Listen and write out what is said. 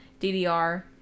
DDR